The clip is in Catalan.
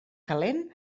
calent